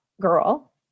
Girl